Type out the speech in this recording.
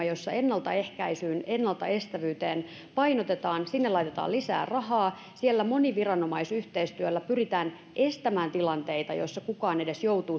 jossa ennaltaehkäisyä ja ennaltaestävyyttä painotetaan sinne laitetaan lisää rahaa siellä moniviranomaisyhteistyöllä pyritään estämään tilanteita jotta kukaan ei edes joudu